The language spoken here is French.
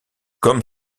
comme